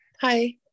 Hi